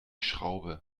schraube